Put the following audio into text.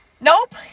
Nope